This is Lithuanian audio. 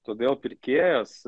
todėl pirkėjas